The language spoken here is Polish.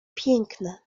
piękne